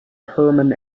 hermann